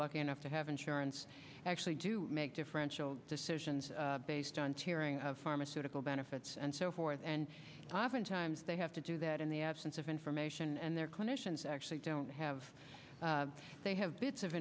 lucky enough to have insurance actually do make differential decisions based on tearing of pharmaceutical benefits and so forth and oftentimes they have to do that in the absence of information and their clinicians actually don't have they have bits of